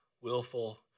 willful